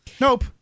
Nope